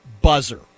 buzzer